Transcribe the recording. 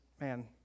man